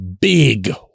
big